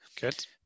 good